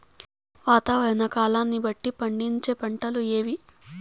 వాతావరణ కాలాన్ని బట్టి పండించే పంటలు ఏవి?